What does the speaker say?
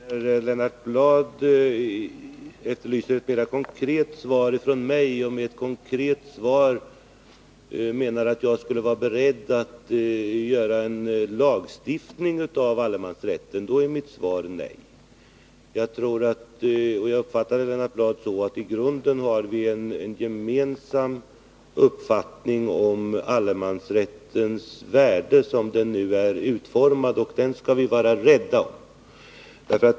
Herr talman! Lennart Bladh efterlyser ett mera konkret svar från mig. Om han med ett konkret svar menar att jag skulle vara beredd att lagstifta om allemansrätten är mitt svar nej. Jag uppfattade Lennart Bladh så, att vi i grunden har en gemensam uppfattning om allemansrättens värde som den nu är utformad. Den skall vi vara rädda om.